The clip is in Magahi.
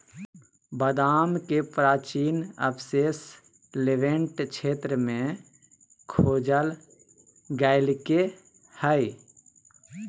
बादाम के प्राचीन अवशेष लेवेंट क्षेत्र में खोजल गैल्के हइ